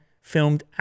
filmed